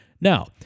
Now